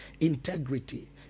integrity